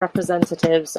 representatives